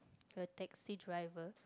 a taxi driver